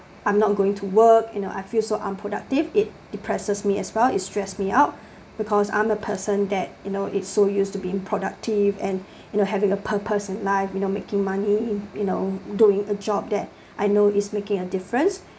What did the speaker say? I'm not going to work you know I feel so unproductive it depresses me as well is stress me out because I'm a person that you know it's so used to being productive and you know having a purpose in life you know making money you know doing a job that I know is making a difference